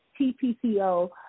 TPCO